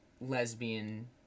lesbian